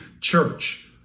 Church